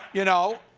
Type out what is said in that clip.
you know.